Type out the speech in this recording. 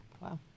Wow